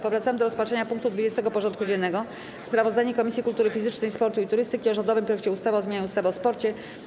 Powracamy do rozpatrzenia punktu 20. porządku dziennego: Sprawozdanie Komisji Kultury Fizycznej, Sportu i Turystyki o rządowym projekcie ustawy o zmianie ustawy o sporcie.